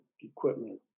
equipment